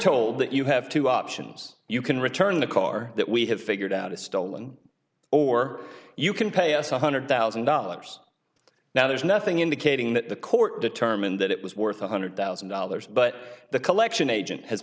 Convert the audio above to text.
told that you have two options you can return the car that we have figured out is stolen or you can pay us one hundred thousand dollars now there's nothing indicating that the court determined that it was worth one hundred thousand dollars but the collection agent has